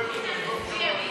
כהצעת הוועדה,